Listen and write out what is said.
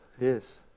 Yes